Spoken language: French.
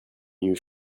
venus